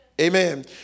Amen